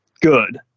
good